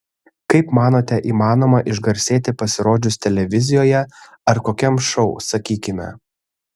kaip manote įmanoma išgarsėti pasirodžius televizijoje ar kokiam šou sakykime